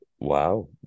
Wow